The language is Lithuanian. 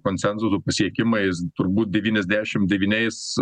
konsensuso pasiekimais turbūt devyniasdešim devyniais